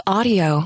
Audio